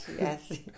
Yes